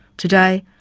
today,